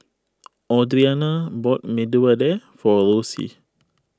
Audrianna bought Medu Vada for Rosie